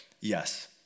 Yes